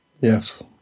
Yes